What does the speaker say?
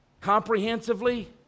comprehensively